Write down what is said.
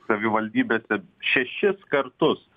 savivaldybėse šešis kartus